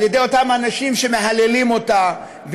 על ידי אותם אנשים שמהללים אותה,